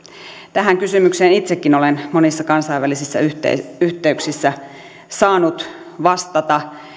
tähän kysymykseen itsekin olen monissa kansainvälisissä yh teyksissä yh teyksissä saanut vastata